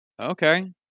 Okay